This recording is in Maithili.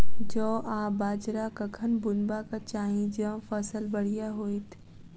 जौ आ बाजरा कखन बुनबाक चाहि जँ फसल बढ़िया होइत?